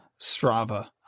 Strava